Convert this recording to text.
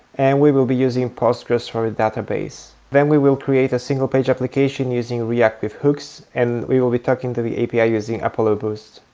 and we will be using postgres for the database. then we will create a single-page application using react with hooks, and we will be talking to the api using apollo-boost.